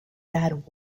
bad